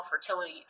fertility